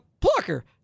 Plucker